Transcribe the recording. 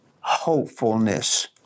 hopefulness